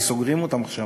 כי סוגרים אותם עכשיו,